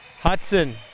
Hudson